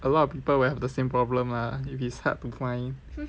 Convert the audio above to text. a lot of people will have the same problem lah if its hard to find